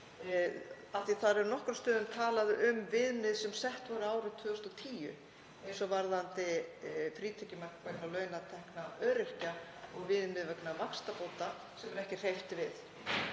Það er á nokkrum stöðum talað um viðmið sem sett voru árið 2010, t.d. varðandi frítekjumark vegna launatekna öryrkja og viðmið vegna vaxtabóta sem ekki er hreyft við,